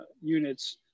units